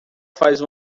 faz